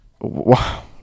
Wow